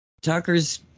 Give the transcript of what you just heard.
Tucker's